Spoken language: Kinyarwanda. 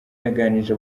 yaganirije